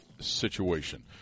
situation